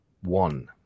one